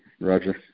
Roger